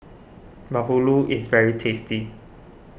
Bahulu is very tasty